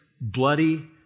bloody